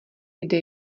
kde